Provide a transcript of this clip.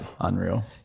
unreal